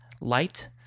light